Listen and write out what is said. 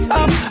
up